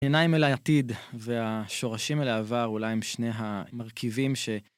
עיניים אל העתיד והשורשים אל העבר, אולי הם שני המרכיבים ש...